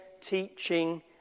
teaching